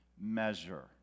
measure